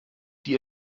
die